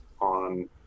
on